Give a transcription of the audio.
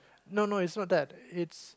no no is not that it's